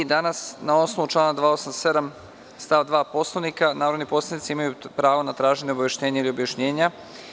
Danas, na osnovu člana 287. stav 2. Poslovnika, narodni poslanici imaju pravo na traženje obaveštenja ili objašnjenja.